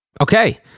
Okay